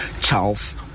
charles